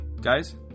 guys